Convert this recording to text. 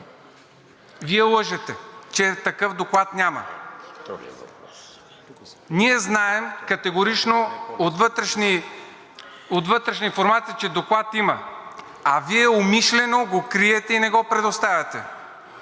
Вие лъжете, че такъв доклад няма. Ние знаем категорично от вътрешна информация, че доклад има, а Вие умишлено го криете и не го предоставяте.